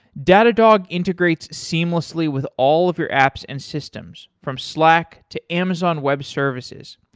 datadog integrates seamlessly with all of your apps and systems from slack, to amazon web services,